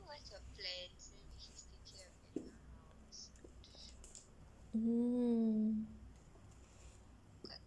mm